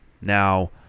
Now